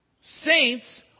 Saints